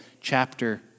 chapter